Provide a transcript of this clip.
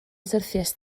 syrthiaist